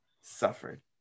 suffered